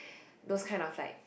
those kind of like